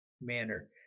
manner